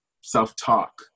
self-talk